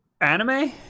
Anime